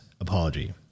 apology